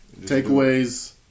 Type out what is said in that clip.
Takeaways